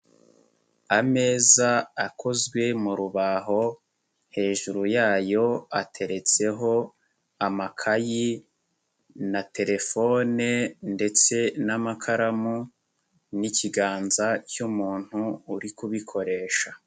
Ameza akozwe mu rubaho, hejuru yayo ateretseho amakayi na telefone ndetse n'amakaramu n'ikiganza cy'umuntu uri kubikoresha.